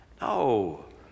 No